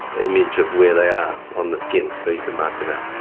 image of where they are um the skin so you can mark them out.